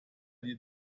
die